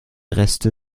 reste